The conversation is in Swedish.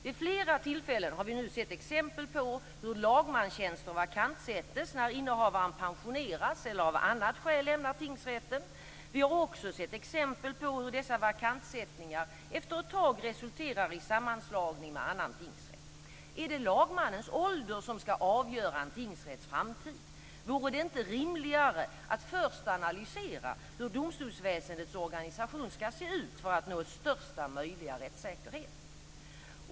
Vid flera tillfällen har vi nu sett exempel på hur lagmanstjänster vakantsätts när innehavaren pensioneras eller av annat skäl lämnar tingsrätten. Vi har också sett exempel på hur dessa vakantsättningar efter ett tag resulterar i sammanslagning med annan tingsrätt. Är det lagmannens ålder som ska avgöra en tingsrätts framtid? Vore det inte rimligare att först analysera hur domstolsväsendets organisation ska se ut för att nå största möjliga rättssäkerhet?